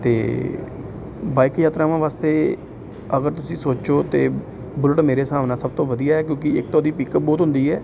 ਅਤੇ ਬਾਈਕ ਯਾਤਰਾਵਾਂ ਵਾਸਤੇ ਅਗਰ ਤੁਸੀਂ ਸੋਚੋ ਤਾਂ ਬੁਲਟ ਮੇਰੇ ਹਿਸਾਬ ਨਾਲ ਸਭ ਤੋਂ ਵਧੀਆ ਕਿਉਂਕਿ ਇੱਕ ਤਾਂ ਉਹਦੀ ਪਿਕਅਪ ਬਹੁਤ ਹੁੰਦੀ ਹੈ